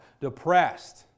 depressed